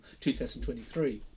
2023